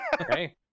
Okay